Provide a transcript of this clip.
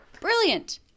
Brilliant